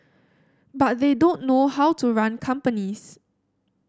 but they don't know how to run companies